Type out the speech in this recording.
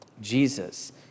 jesus